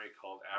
called